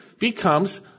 becomes